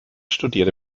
studierte